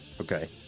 Okay